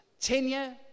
tenure